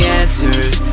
answers